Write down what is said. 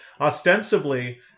ostensibly